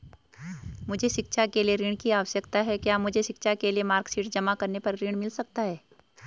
मुझे शिक्षा के लिए ऋण की आवश्यकता है क्या मुझे शिक्षा के लिए मार्कशीट जमा करने पर ऋण मिल सकता है?